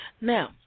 Now